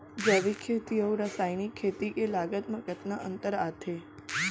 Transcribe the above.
जैविक खेती अऊ रसायनिक खेती के लागत मा कतना अंतर आथे?